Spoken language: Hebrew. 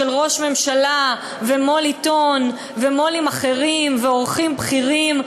בין ראש ממשלה ומו"ל עיתון ומו"לים אחרים ועורכים בכירים,